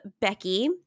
Becky